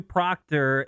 Proctor